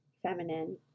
Feminine